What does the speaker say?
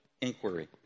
inquiry